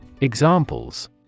Examples